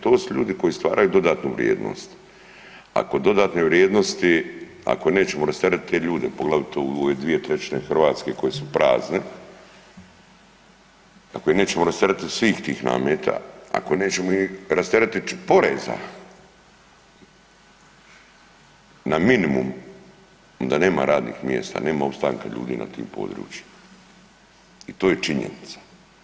To su ljudi koji stvaraju dodatnu vrijednost, ako dodatne vrijednosti ako nećemo rasteretiti te ljude, poglavito u ove dvije trećine Hrvatske koje su prazne ako ih nećemo rasteretiti svih tih nameta, ako ih nećemo rasteretiti poreza na minimum onda nema radnih mjesta, nema opstanka ljudi na tim područjima i to je činjenica.